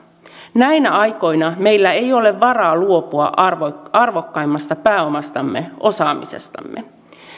näinä aikoina meillä ei ole varaa luopua arvokkaimmasta pääomastamme osaamisestamme